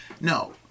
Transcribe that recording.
No